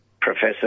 Professor